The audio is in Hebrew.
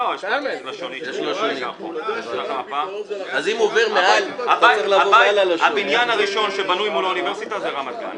יש פה לשונית --- הבניין הראשון שבנוי מול האוניברסיטה זה רמת גן.